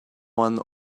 one